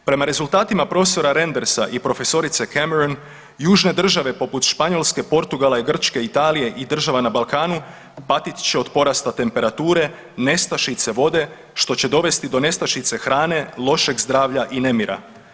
Prema rezultatima profesora Rendersa i profesorice Camerun južne države poput Španjolske, Portugala, Grčke, Italije i država na Balkanu patit će od porasta temperature, nestašice vode što će dovesti do nestašice hrane, lošeg zdravlja i nemira.